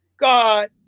God